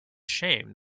shame